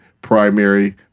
Primary